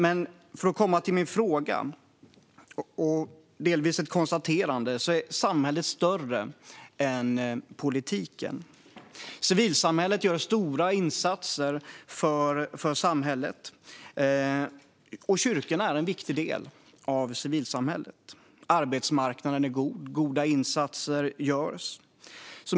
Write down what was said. Men jag ska komma till min fråga och delvis göra ett konstaterande. Samhället är större än politiken. Civilsamhället gör stora insatser för samhället, och kyrkorna är en viktig del av civilsamhället. Arbetsmarknaden är god. Goda insatser görs.